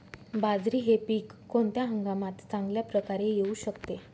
बाजरी हे पीक कोणत्या हंगामात चांगल्या प्रकारे येऊ शकते?